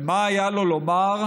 ומה היה לו לומר?